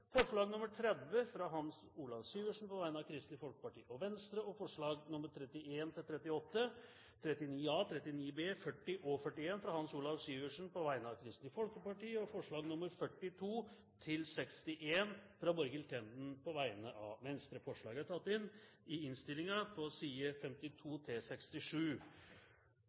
forslag nr. 30, fra Hans Olav Syversen på vegne av Kristelig Folkeparti og Venstre forslagene nr. 31–38, 39a, 39b, 40 og 41, fra Hans Olav Syversen på vegne av Kristelig Folkeparti forslagene nr. 42–61, fra Borghild Tenden på vegne av Venstre Forslag nr. 28b, fra Høyre, lyder: «Stortinget ber regjeringen oppheve § 18-2 i forskrift til